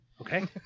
okay